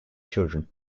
children